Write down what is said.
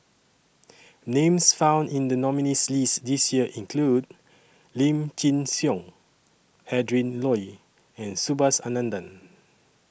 Names found in The nominees' list This Year include Lim Chin Siong Adrin Loi and Subhas Anandan